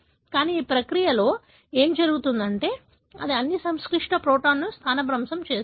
కానీ ఈ ప్రక్రియలో ఏమి జరుగుతుందంటే అది అన్ని సంక్లిష్ట ప్రోటీన్లను స్థానభ్రంశం చేస్తుంది